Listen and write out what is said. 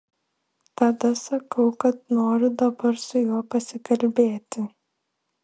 tada sakau kad noriu dabar su juo pasikalbėti